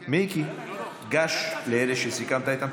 גש לאלה שסיכמת איתם,